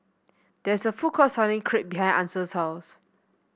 there is a food court selling Crepe behind Ansel's house